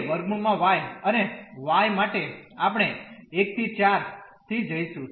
તેથી અહીં 2 √ y અને y માટે આપણે 1¿ 4 થી જઈશું